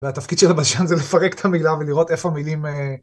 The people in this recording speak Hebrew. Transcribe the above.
והתפקיד של הבלשן זה לפרק את המילה, ולראות איפה המילים.